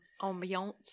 Ambiance